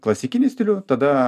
klasikinį stilių tada